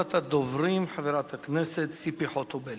אחרונת הדוברים, חברת הכנסת ציפי חוטובלי.